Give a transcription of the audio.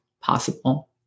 possible